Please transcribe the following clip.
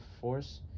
force